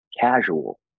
casual